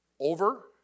over